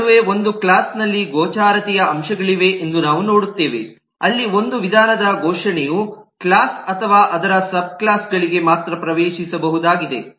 ಈ ನಡುವೆ ಒಂದು ಕ್ಲಾಸ್ ನಲ್ಲಿ ಗೋಚರತೆಯ ಅಂಶಗಳಿವೆ ಎಂದು ನಾವು ನೋಡುತ್ತೇವೆ ಅಲ್ಲಿ ಒಂದು ವಿಧಾನದ ಘೋಷಣೆಯು ಕ್ಲಾಸ್ ಗೆ ಅಥವಾ ಅದರ ಸಬ್ಕ್ಲಾಸ್ ಗಳಿಗೆ ಮಾತ್ರ ಪ್ರವೇಶಿಸಬಹುದಾಗಿದೆ